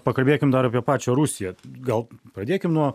pakalbėkim dar apie pačią rusiją gal pradėkim nuo